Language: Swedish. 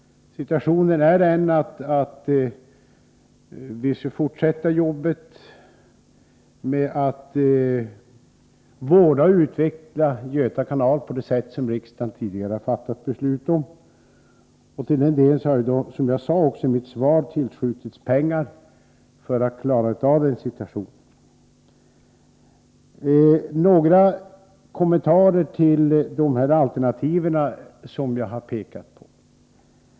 Situationen är den att vi skall fortsätta jobbet med att vårda och utveckla Göta kanal på det sätt som riksdagen tidigare har fattat beslut om. För att klara det har det, som jag också sade i mitt svar, tillskjutits pengar. Några kommentarer till de alternativ som jag har pekat på.